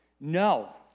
No